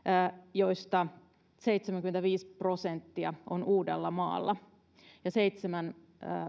joista seitsemänkymmentäviisi prosenttia on uudellamaalla ja seitsemän